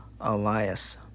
Elias